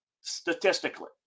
statistically